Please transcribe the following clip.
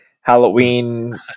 Halloween